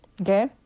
Okay